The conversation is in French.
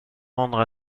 rendre